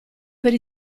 per